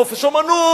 חופש אמנות.